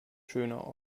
schöner